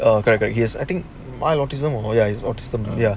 err correct correct yes I think mild autism or is autism ya